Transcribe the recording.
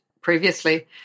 previously